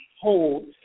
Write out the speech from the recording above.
hold